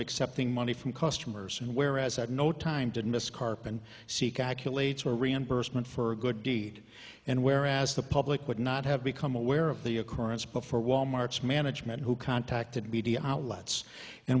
accepting money from customers and whereas at no time did miss carp and seek i q later reimbursement for a good deed and whereas the public would not have become aware of the occurrence before wal mart's management who contacted media outlets and